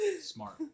smart